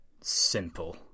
simple